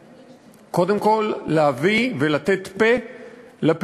קודם כול דרך להביא ולתת פה לפריפריות,